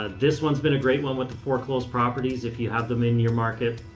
ah this one's been a great one with the foreclosed properties, if you have them in your market.